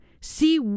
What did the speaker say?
see